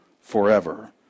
forever